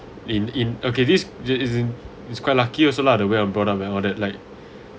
in in okay this is in it's quite lucky also lah the way I'm brought up and all that like